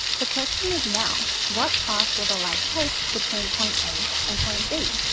the question is now what path will the light take between point a and point b?